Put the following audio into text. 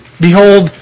behold